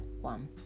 one